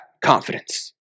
confidence